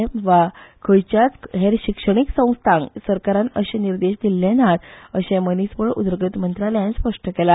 एम वा खंयच्याच हेर शिक्षणिक संस्थांक सरकारान अशे निर्देश दिल्ले जात अशे मनीसबळ उदरगत मंत्रालयान स्पष्ट केला